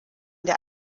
der